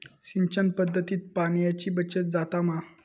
सिंचन पध्दतीत पाणयाची बचत जाता मा?